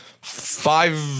five